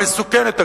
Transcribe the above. מסוכנת,